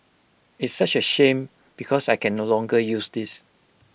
it's such A shame because I can no longer use this